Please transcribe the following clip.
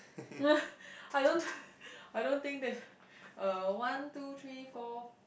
I don't I don't think that uh one two three four